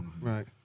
Right